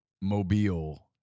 Mobile